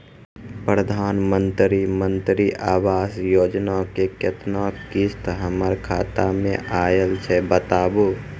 प्रधानमंत्री मंत्री आवास योजना के केतना किस्त हमर खाता मे आयल छै बताबू?